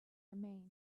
remained